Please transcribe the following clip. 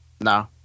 No